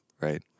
Right